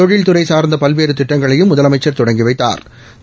தொழில்துறை சார்ந்த பல்வேறு திட்டங்களையும் முதலமைச்சா் தொடங்கி வைத்தாா்